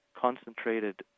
concentrated